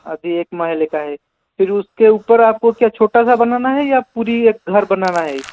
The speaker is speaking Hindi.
अभी एक महले का है फिर उसके ऊपर आप को क्या छोटा सा बनाना है या पूरा एक घर बनाना है